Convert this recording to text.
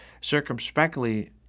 Circumspectly